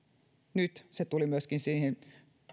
nyt se tuli myöskin siihen